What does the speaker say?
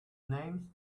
names